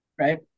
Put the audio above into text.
Right